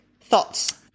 Thoughts